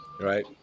Right